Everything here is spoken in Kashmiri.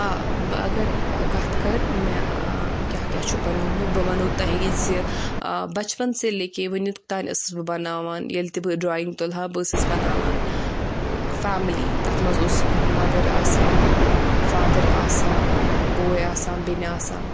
آ بہٕ اَگر کَتھ کَرٕ مےٚ کِیاہ کِیاہ چھُ بَنیوٚمُت بہٕ وَنَو تۄہی زِ بَچپَن سے لیٚکے ؤنِیُک تانۍ ٲسٕس بہٕ بَناوان ییٚلہِ تہِ بہٕ ڈرٛایِنٛگ تُلہٕ ہا بہٕ ٲسٕس بَناوان فَیملِی تَتھ منٛز اوس مَدَر آسان فادَر آسان بوے آسان بیٚنہِ آسان